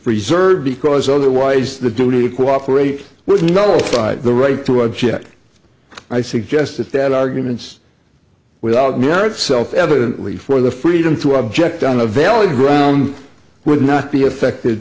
preserve because otherwise the duty to cooperate with nullified the right to object i suggested that arguments without merit self evidently for the freedom to object on a valid grounds would not be affected